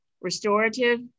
restorative